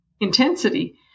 intensity